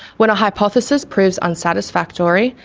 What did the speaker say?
when a hypothesis proves unsatisfactory,